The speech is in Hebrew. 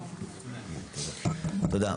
תודה.